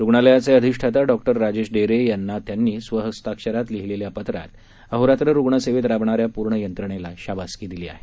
रुग्णालयाचे अधिष्ठाता डॉक्टर राजेश डेरे यांना त्यांनी स्वहस्ताक्षरात लिहीलेल्या पत्रात अहोरात्र रुग्णसेवेत राबणाऱ्या पूर्ण यंत्रणेला शाबासकी दिली आहे